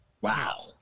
Wow